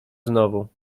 znowu